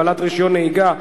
הגבלת רשיון נהיגה),